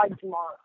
tomorrow